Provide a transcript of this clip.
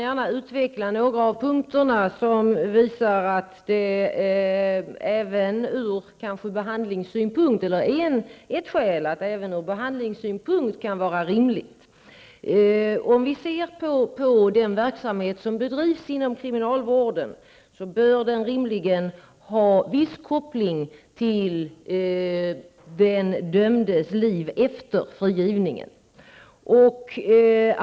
Fru talman! Jag vill redovisa ett skäl till att denna avveckling även ur behandlingssynpunkt kan vara rimlig. Den verksamhet som bedrivs inom kriminalvården bör rimligen ha en viss koppling till den dömdes liv efter frigivningen.